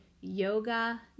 yoga